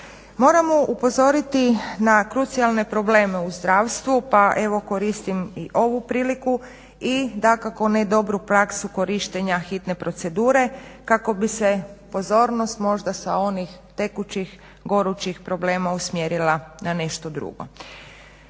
Moramo upozoriti na krucijalne probleme u zdravstvu pa evo koristim i ovu priliku i dakako ne dobru praksu korištenja hitne procedure kako bi se pozornost možda sa onih tekućih gorućih problema usmjerila na nešto drugo.